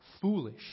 foolish